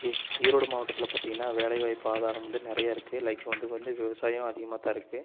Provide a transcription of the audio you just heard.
ஈ ஈரோடு மாவட்டத்தில் பார்த்திங்கன்னா வேலை வாய்ப்பு ஆதாரம் வந்து நிறையா இருக்கு லைக் வந்து வந்து விவசாயம் அதிகமாக தான் இருக்கு